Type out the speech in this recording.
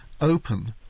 open